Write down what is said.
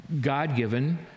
God-given